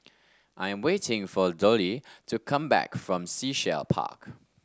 I am waiting for Dollye to come back from Sea Shell Park